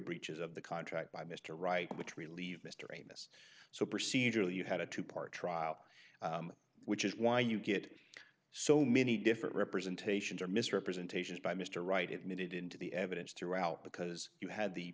breaches of the contract by mr right which relieved mr amos so procedurally you had a two part trial which is why you get so many different representations or misrepresentations by mr wright admitted into the evidence throughout because you had the